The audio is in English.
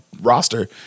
roster